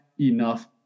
enough